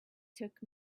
took